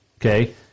Okay